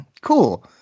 cool